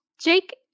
Jake